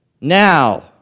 Now